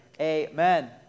Amen